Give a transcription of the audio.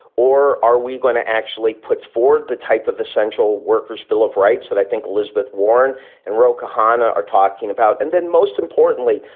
or are we going to actually put forward the type of essential workers bill of rights that i think elizabeth warren and roe kahana are talking about? and then, most importantly,